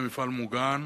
בבקשה, אילן גילאון.